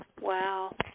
Wow